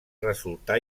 resultà